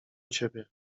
ciebie